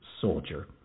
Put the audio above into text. soldier